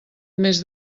més